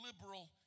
liberal